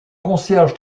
concierge